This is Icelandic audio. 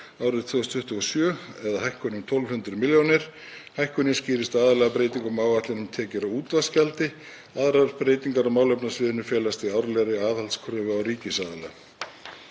árið 2027 eða hækkun um 1.200 millj. kr. Hækkunin skýrist aðallega af breytingum á áætlun um tekjur af útvarpsgjaldi. Aðrar breytingar á málefnasviðinu felast í árlegri aðhaldskröfu á ríkisaðila.